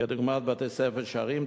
כדוגמת "בתי-ספר שרים",